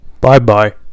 Bye-bye